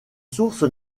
sources